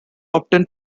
obtain